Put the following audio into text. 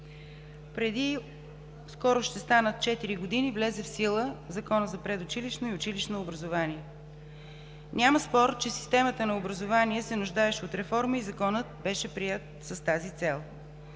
скоро ще станат четири години от влизането в сила на Закона за предучилищно и училищно образование. Няма спор, че системата на образование се нуждаеше от реформа и Законът беше приет с тази цел.